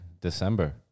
December